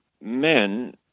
men